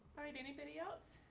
all right, anything else?